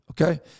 okay